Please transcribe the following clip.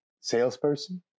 salesperson